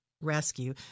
Rescue